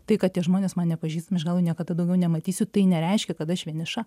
tai kad tie žmonės man nepažįstami aš gal jų niekada daugiau nematysiu tai nereiškia kad aš vieniša